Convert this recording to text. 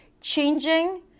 changing